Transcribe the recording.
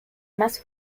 más